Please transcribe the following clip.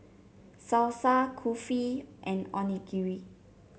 Salsa Kulfi and Onigiri